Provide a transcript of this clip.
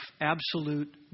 absolute